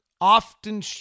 often